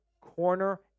corner